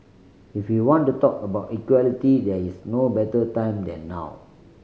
if you want to talk about equality there is no better time than now